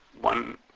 one